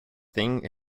thing